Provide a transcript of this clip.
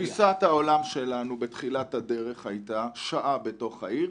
תפיסת העולם שלנו בתחילת הדרך היתה שעה בתוך העיר,